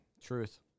Truth